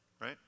Right